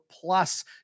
plus